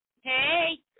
Hey